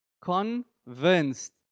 Convinced